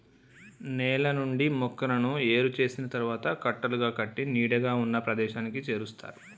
నేల నుండి మొక్కలను ఏరు చేసిన తరువాత కట్టలుగా కట్టి నీడగా ఉన్న ప్రదేశానికి చేరుస్తారు